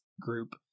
group